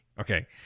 Okay